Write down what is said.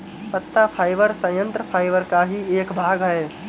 पत्ता फाइबर संयंत्र फाइबर का ही एक भाग है